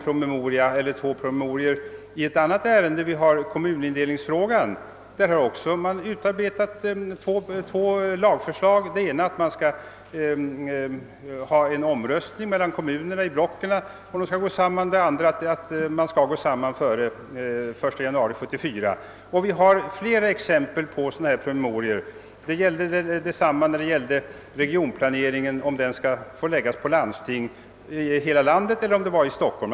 Men detta säger ingenting. I ett annat ärende, kommunindelningsfrågan, har även utarbetats två promemorior med lagförslag. Det ena går ut på att man skall företa en omröstning mellan kommunerna i blocken om huruvida de skall gå samman eller inte. Det andra innebär att kommunerna måste gå samman före 1 januari 1974. Vi har flera exempel på sådana här promemorior. Detsamma var förhållandet när det gällde frågan, om regionplaneringen skall läggas på landsting i hela landet eller bara ske i Stockholm.